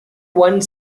one